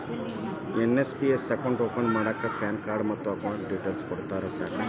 NPS account open ಮಾಡಾಕ pan card ಮತ್ತ account details ಕೊಟ್ರ ಸಾಕ